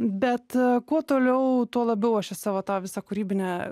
bet kuo toliau tuo labiau aš į savo tą visą kūrybinę